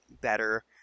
better